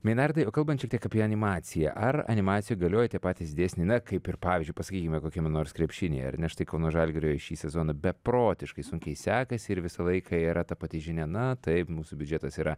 meinardai o kalbant šiek tiek apie animaciją ar animacijoj galioja tie patys dėsniai na kaip ir pavyzdžiui sakykime kokiame nors krepšinyje ar ne štai kauno žalgiriui šį sezoną beprotiškai sunkiai sekasi ir visą laiką yra ta pati žinia na taip mūsų biudžetas yra